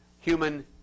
human